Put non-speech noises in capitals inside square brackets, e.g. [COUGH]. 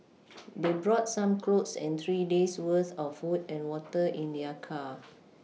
[NOISE] they brought some clothes and three days' worth of food and water in their car